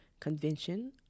Convention